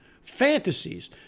fantasies